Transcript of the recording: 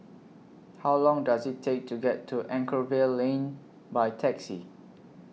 How Long Does IT Take to get to Anchorvale Lane By Taxi